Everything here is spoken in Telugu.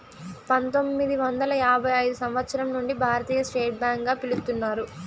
పంతొమ్మిది వందల యాభై ఐదు సంవచ్చరం నుండి భారతీయ స్టేట్ బ్యాంక్ గా పిలుత్తున్నారు